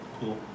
Cool